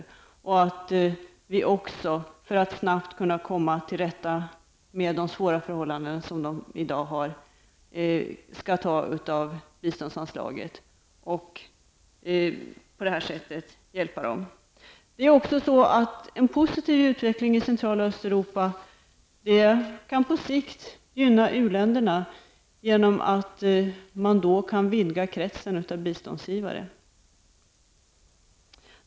Det är också självklart att vi skall ta av biståndsanslaget för att snabbt komma till rätta med de svåra förhållanden som de har i dag för att på det sättet hjälpa dem. En positiv utveckling i Central och Östeuropa kan på sikt gynna u-länderna genom att man kan vidga kretsen av biståndsgivare.